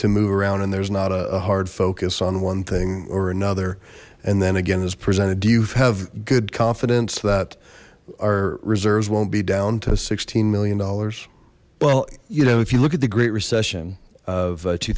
move around and there's not a hard focus on one thing or another and then again is presented do you have good confidence that our reserves won't be down to sixteen million dollars well you know if you look at the great recession of